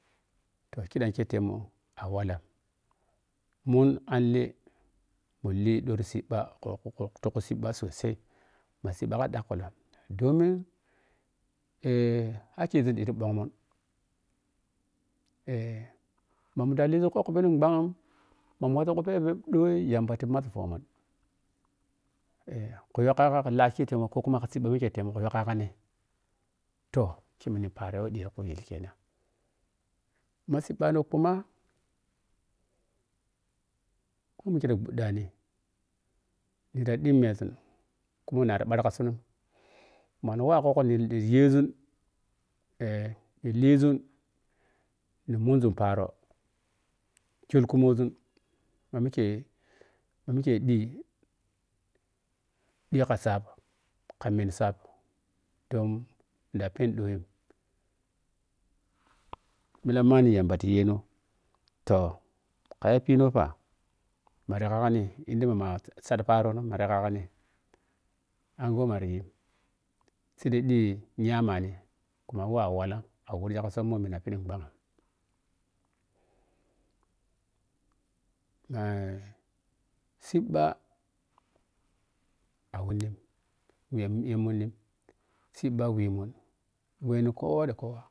Tou kiɗanke temu a wala mun anle mulli ɗo te siiba ko kodo ti kusuɓa sosai ma siiɓa ka ɗakkulon domin eh hakizun kanti nɓon mun eh ma mun da lizun khukko phiɗi ɓagg mu mu was ku pheɓe ɗoi yamba tu mazi fomun eh ku ka yaggai laake temo ko kuma siiɓa mike tenun ku yo ka yaggai toh kemini paaro weɗi ti kuyel kenano ma siiba no kuma we mike ta ɓhuɗɗani ni ta ɗimmezun kuma nari bar ka sun m oni wa khukkoni li yizun eh ni lizun ni mun zun paaro khol kuno zan ma mike ma mite di ɗi ka saap kamen saap toh mun ɗa pen ɗoi millam manni yamba ti yen otoh kaya pino pa mari kaka ni illi ma ma saɗi paarono marikani anghe we marayi saidai ɗi gyamani kumawe a wala murgi ka summmoh mina phiɗig ɓhang eh siiɓa wunning miya miya monnig siiba lormun weni kowa da kowa.